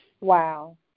Wow